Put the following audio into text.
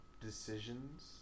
decisions